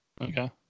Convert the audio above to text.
Okay